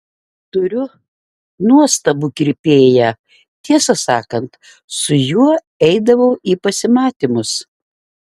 turiu nuostabų kirpėją tiesą sakant su juo eidavau į pasimatymus